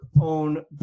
own